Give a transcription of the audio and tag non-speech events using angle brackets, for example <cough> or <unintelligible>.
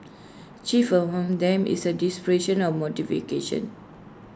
chief among them is the dissipation of <unintelligible>